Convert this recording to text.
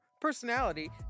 personality